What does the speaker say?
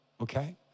okay